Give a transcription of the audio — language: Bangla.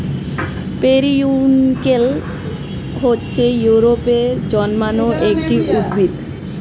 পেরিউইঙ্কেল হচ্ছে ইউরোপে জন্মানো একটি উদ্ভিদ